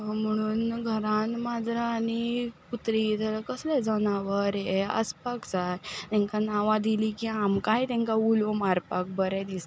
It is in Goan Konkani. म्हुणून घरांत माजरां आनी कुत्री जर कसलेंय जनावर यें आसपाक जाय तेंकां नांवां दिलीं की आमकांय तेंकां उलो मारपाक बरें दिसता